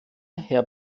herr